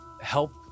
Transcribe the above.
help